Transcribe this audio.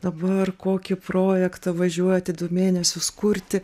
dabar kokį projektą važiuoti du mėnesius kurti